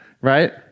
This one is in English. right